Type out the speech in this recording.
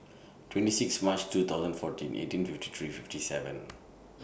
twenty six March two thousand fourteen eighteen fifty three fifty seven